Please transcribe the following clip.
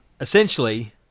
essentially